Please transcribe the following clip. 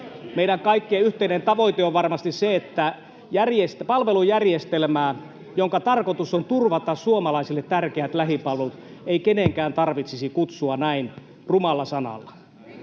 Meidän kaikkien yhteinen tavoite on varmasti se, että palvelujärjestelmää, jonka tarkoitus on turvata suomalaisille tärkeät lähipalvelut, ei kenenkään tarvitsisi kutsua näin rumalla sanalla.